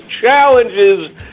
challenges